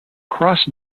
cross